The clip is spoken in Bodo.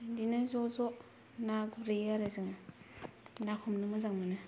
बिदिनो ज' ज ना गुरहैयो आरो जों ना हमनो मोजां मोनो